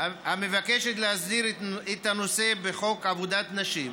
המבקשת להסדיר את הנושא בחוק עבודת נשים.